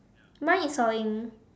mine is sawing